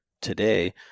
today